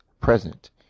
present